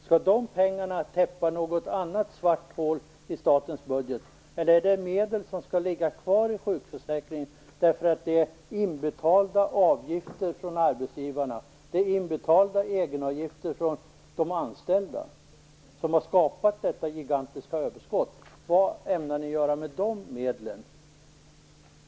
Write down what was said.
Skall de pengarna täppa till något annat hål i statens budget eller är det medel som skall ligga kvar i sjukförsäkringen? Det är ju avgifter som arbetsgivarna har betalat in och de anställdas egenavgifter som har skapat detta gigantiska överskott. Vad ämnar ni göra med de medlen?